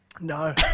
No